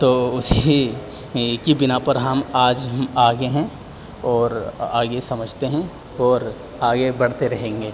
تو اس ہی کی بنا پر ہم آج ہم آگے ہیں اور آگے سمجھتے ہیں اور آگے بڑھتے رہیں گے